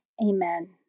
Amen